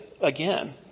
again